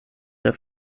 der